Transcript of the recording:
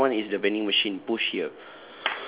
ya another one is the vending machine push here